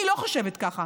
אני לא חושבת ככה.